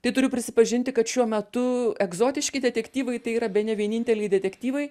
tai turiu prisipažinti kad šiuo metu egzotiški detektyvai tai yra bene vieninteliai detektyvai